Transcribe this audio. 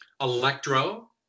electro